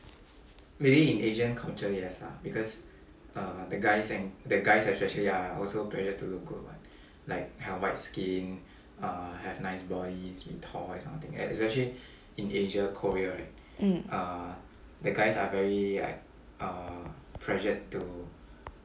mm